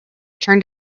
turned